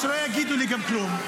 ושלא יגידו לי כלום.